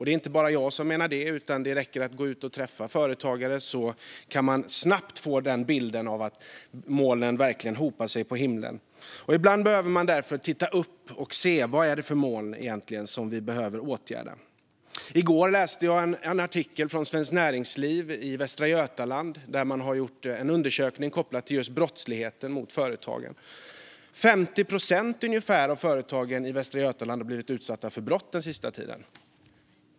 Det är inte bara jag som menar detta, utan det räcker med att träffa företagare så får man snabbt bilden av att molnen verkligen hopar sig på himlen. Ibland behöver man därför titta upp och se vilka moln som behöver åtgärdas. I går läste jag en artikel om en undersökning gjord av Svenskt Näringsliv i Västra Götaland. Där har en undersökning gjorts om brottsligheten mot företagen. Ungefär 50 procent av företagen i Västra Götaland har blivit utsatta för brott den senaste tiden.